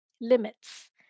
limits